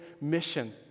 mission